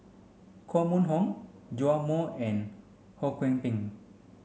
Koh Mun Hong Joash Moo and Ho Kwon Ping